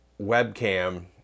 webcam